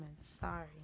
Sorry